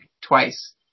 twice